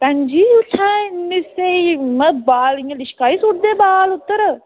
भैन मड़ो इत्थें नेहं चमकाई सुट्टदे बाल उद्धर